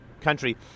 country